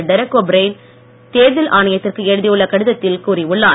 Derek O'Brien தேர்தல் ஆணையத்திற்கு எழுதியுள்ள கடிதத்தில் கூறியுள்ளார்